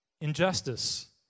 Injustice